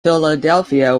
philadelphia